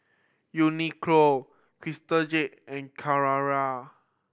Uniqlo Crystal Jade and Carrera